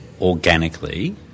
organically